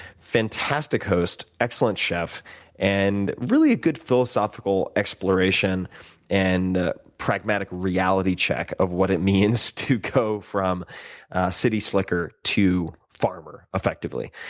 fantastic host, excellent chef and really a good, philosophical philosophical exploration and pragmatic reality check of what it means to go from city slicker to farmer, effectively,